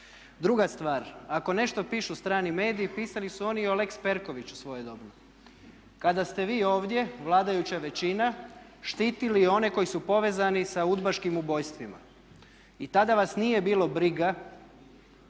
Druga stvar, ako nešto pišu strani mediji pisali su oni i o lex Perkoviću svojedobno kada ste vi ovdje vladajuća većina štitili one koji su povezani sa udbaškim ubojstvima. I tada vas nije bilo briga